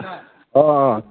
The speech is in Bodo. अ